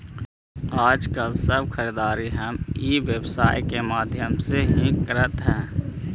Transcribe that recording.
आजकल सब खरीदारी हम ई व्यवसाय के माध्यम से ही करऽ हई